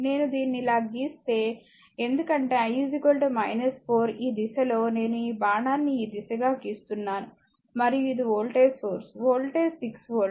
నేను దీన్ని ఇలా గీస్తే ఎందుకంటే I 4 ఈ దిశలో నేను ఈ బాణాన్ని ఈ దిశగా గీస్తున్నాను మరియు ఇది వోల్టేజ్ సోర్స్ వోల్టేజ్ 6 వోల్ట్